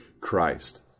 Christ